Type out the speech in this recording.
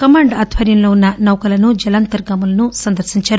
command ఆధ్వర్యంలో ఉన్న నౌకలను జలాంతర్గాములను సందర్పించారు